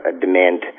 demand